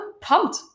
pumped